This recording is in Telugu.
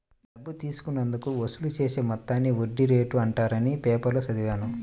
డబ్బు తీసుకున్నందుకు వసూలు చేసే మొత్తాన్ని వడ్డీ రేటు అంటారని పేపర్లో చదివాను